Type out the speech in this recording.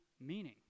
meaning